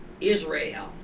Israel